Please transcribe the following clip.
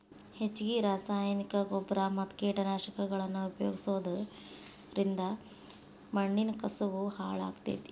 ಹೆಚ್ಚಗಿ ರಾಸಾಯನಿಕನ ಗೊಬ್ಬರ ಮತ್ತ ಕೇಟನಾಶಕಗಳನ್ನ ಉಪಯೋಗಿಸೋದರಿಂದ ಮಣ್ಣಿನ ಕಸವು ಹಾಳಾಗ್ತೇತಿ